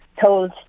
told